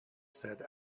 said